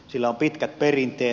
sillä on pitkät perinteet